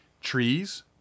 Trees